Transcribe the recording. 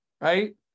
Right